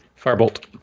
Firebolt